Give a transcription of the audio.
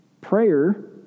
prayer